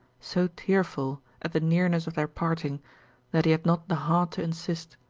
so tearful at the nearness of their parting that he had not the heart to insist.